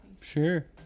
Sure